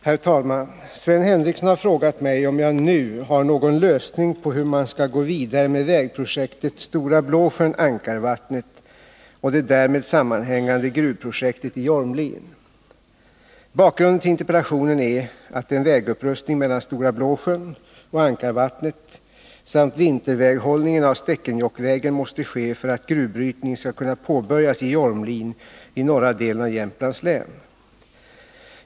Herr talman! Sven Henricsson har frågat mig om jag nu har någon lösning på hur man skall gå vidare med vägprojektet Stora Blåsjön-Ankarvattnet och det därmed sammanhängande gruvprojektet i Jormlien. Bakgrunden till interpellationen är att en vägupprustning mellan Stora Blåsjön och Ankarvattnet samt vinterväghållning av Stekenjokkvägen måste ske för att gruvbrytning skall kunna påbörjas i Jormlien i norra delen av Jämtlands län.